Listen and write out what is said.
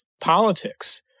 politics